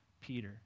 Peter